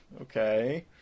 Okay